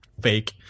fake